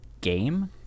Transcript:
game